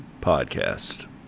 Podcast